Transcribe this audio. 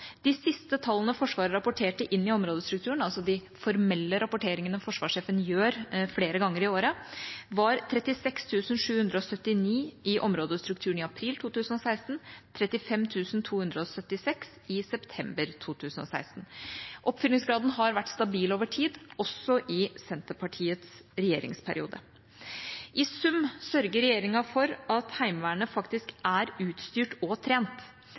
De siste tallene Forsvaret rapporterte inn i områdestrukturen, altså de formelle rapporteringene forsvarssjefen gjør flere ganger i året, var 36 779 i områdestrukturen i april 2016, 35 276 i september 2016. Oppfyllingsgraden har vært stabil over tid, også i Senterpartiets regjeringsperiode. I sum sørger regjeringa for at Heimevernet faktisk er utstyrt og trent.